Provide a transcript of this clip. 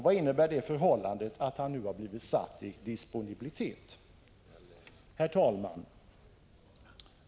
Vad innebär det förhållandet att han nu har blivit försatt i disponibilitet? Herr talman!